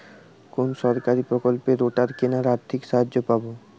কোন সরকারী প্রকল্পে রোটার কেনার আর্থিক সাহায্য পাব?